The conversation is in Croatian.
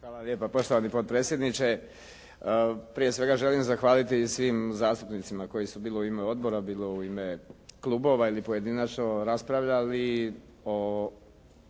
Hvala lijepa poštovani potpredsjedniče. Prije svega želim zahvaliti svim zastupnicima koji su bilo u ime odbora, bilo u ime klubova ili pojedinačno raspravljali o